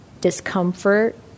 discomfort